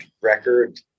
record